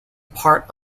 part